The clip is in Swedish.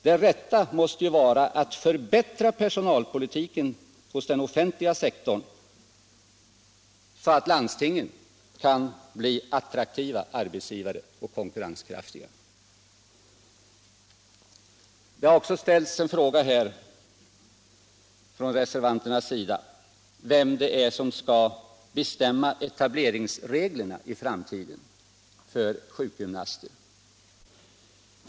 Det rätta måste ju vara att förbättra personalpolitiken hos den offentliga sektorn, så att landstingen kan bli attraktiva och konkurrenskraftiga arbetsgivare. Det har ställts en fråga från reservanternas sida om vem som skall bestämma etableringsreglerna för sjukgymnaster i framtiden.